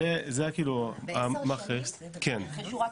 ב-10 שנים נרכשו רק